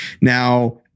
Now